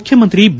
ಮುಖ್ಡಮಂತ್ರಿ ಬಿ